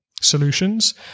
solutions